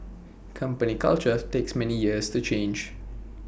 company culture takes many years to change